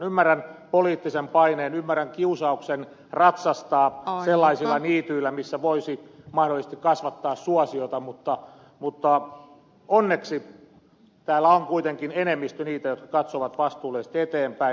ymmärrän poliittisen paineen ymmärrän kiusauksen ratsastaa sellaisilla niityillä missä voisi mahdollisesti kasvattaa suosiota mutta onneksi täällä on kuitenkin enemmistö niitä jotka katsovat vastuullisesti eteenpäin